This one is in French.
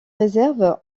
réserve